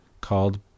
called